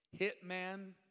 Hitman